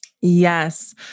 Yes